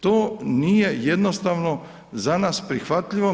To nije jednostavno za nas prihvatljivo.